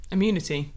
Immunity